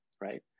right